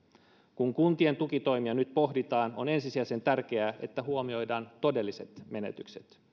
kun kuntien tukitoimia nyt pohditaan on ensisijaisen tärkeää että huomioidaan todelliset menetykset